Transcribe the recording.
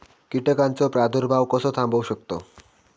कीटकांचो प्रादुर्भाव कसो थांबवू शकतव?